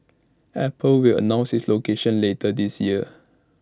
apple will announce its location later this year